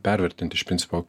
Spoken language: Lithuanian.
pervertint iš principo